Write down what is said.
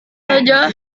saja